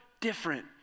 different